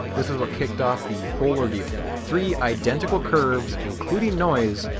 this is what kicked off the whole ordeal three identical curves including noise,